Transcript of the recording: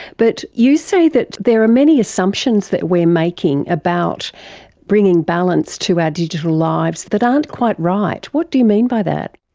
but you say that there are many assumptions that we are making about bringing balance to our digital lives that aren't quite right. what do you mean by that?